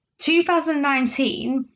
2019